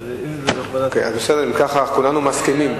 אם כך, כולנו מסכימים